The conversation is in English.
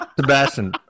Sebastian